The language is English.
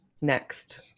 next